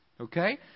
Okay